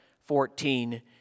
fourteen